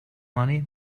money